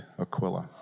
Aquila